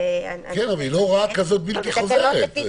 אבל היא לא הוראה בלתי חוזרת.